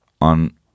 on